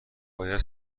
باید